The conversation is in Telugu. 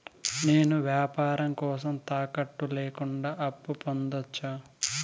నేను వ్యాపారం కోసం తాకట్టు లేకుండా అప్పు పొందొచ్చా?